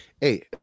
Hey